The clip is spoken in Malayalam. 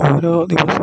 ഓരോ ദിവസവും